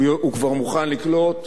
הוא כבר מוכן לקלוט.